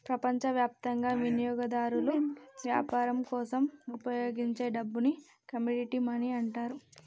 ప్రపంచవ్యాప్తంగా వినియోగదారులు వ్యాపారం కోసం ఉపయోగించే డబ్బుని కమోడిటీ మనీ అంటారు